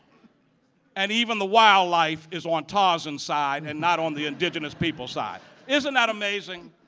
and even the wildlife is on tarzan's side and not on the indigenous people's side. isn't that amazing,